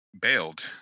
bailed